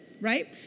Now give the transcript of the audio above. right